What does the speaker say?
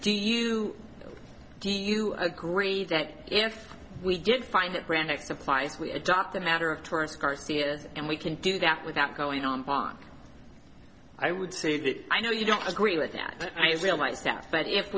do you do you agree that if we did find that brand of supplies we adopt a matter of tourist garcias and we can do that without going on bond i would say that i know you don't agree with that i realize that but if